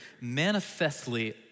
manifestly